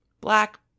Black